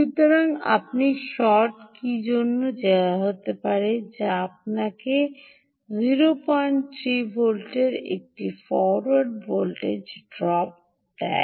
সুতরাং আপনি Schottky জন্য যেতে হবে যা আপনাকে 03 ভোল্টের একটি ফরোয়ার্ড ভোল্টেজ ড্রপ দেয়